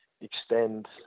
extend